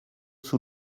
sous